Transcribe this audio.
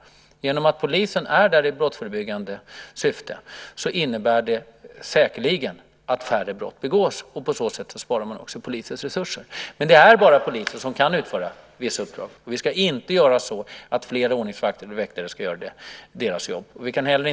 Genom att polisen är där i brottsförebyggande syfte innebär det säkerligen att färre brott begås, och på så sätt sparar man också polisens resurser. Men det är bara polisen som kan utföra vissa uppdrag. Och fler ordningsvakter eller väktare ska inte göra polisens jobb.